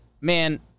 man